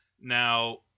Now